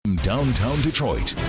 downtown detroit,